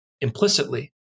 implicitly